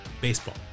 baseball